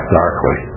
darkly